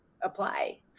apply